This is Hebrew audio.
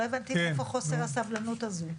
לא הבנתי מאיפה חוסר הסבלנות הזאת?